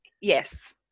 yes